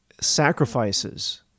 sacrifices